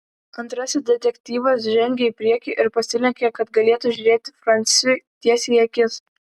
antrasis detektyvas žengė į priekį ir pasilenkė kad galėtų žiūrėti franciui tiesiai į akis